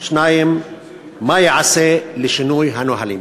2. מה ייעשה לשינוי הנהלים?